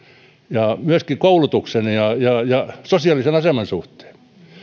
myöskin koulutuksen ja ja sosiaalisen aseman suhteen